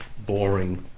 boring